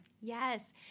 Yes